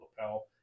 lapel